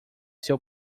seu